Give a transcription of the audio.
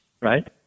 right